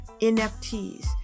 NFTs